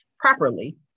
properly